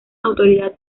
autoridad